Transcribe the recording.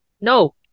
No